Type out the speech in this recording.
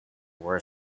were